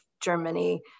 Germany